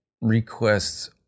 requests